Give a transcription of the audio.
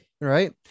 right